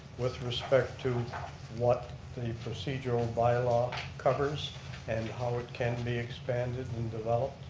with respect to what the procedural bylaw covers and how it can be expanded and developed.